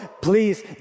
Please